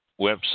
website